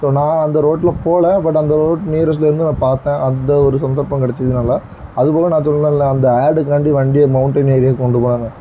so நான் அந்த ரோட்டில போகல பட்டு அந்த ரோட்டில நியரஸ்ட்லருந்து நான் பார்த்தேன் அந்த ஒரு சந்தர்ப்பம் கிடச்சதுனால அதுப்போக நான் சொன்னேல்ல அந்த ஆடுகாண்ட்டி வண்டியை மவுண்டென் ஏரியாவுக்கு கொண்டுபோனேன்னு